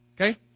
Okay